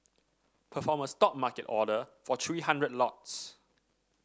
perform a Stop market order for three hundred lots